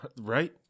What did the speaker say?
right